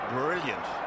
brilliant